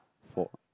for